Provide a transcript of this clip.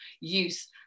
use